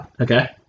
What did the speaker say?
Okay